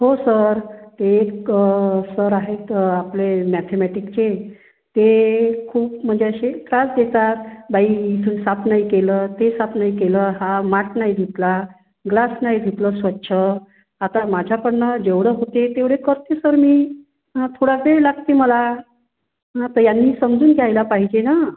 हो सर एक सर आहेत आपले मॅथेमॅटिकचे ते खूप म्हणजे असे त्रास देतात बाई इथून साफ नाही केलं ते साफ नाही केलं हा माठ नाही धुतला ग्लास नाही धुतलं स्वच्छ आता माझ्याकडून जेवढं होते तेवढे करते सर मी थोडा वेळ लागते मला ना तर यांनी समजून घ्यायला पाहिजे ना